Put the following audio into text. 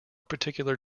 particular